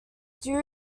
due